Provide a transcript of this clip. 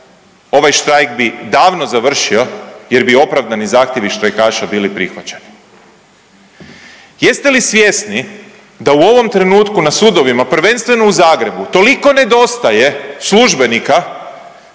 ovaj štrajk bi davno završio jer bi opravdani zahtjevi štrajkaša bili prihvaćeni. Jeste li svjesni da u ovom trenutku na sudovima prvenstveno u Zagrebu toliko nedostaje službenika